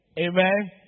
Amen